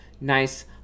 nice